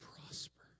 prosper